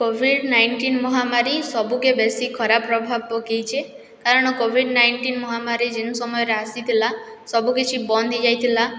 Covid nineteen ମହାମାରୀ ସବୁକେ ବେଶି ଖରାପ୍ ପ୍ରଭାବ୍ ପକାଇଛେ କାରଣ କୋଭିଡ଼୍ ନାଇଁଟିନ୍ ମହାମାରୀ ଯେନ୍ ସମୟରେ ଆସିଥିଲା ସବୁକିଛି ବନ୍ଦ୍ ହେଇଯାଇଥିଲା